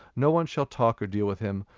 no-one shall talk or deal with him,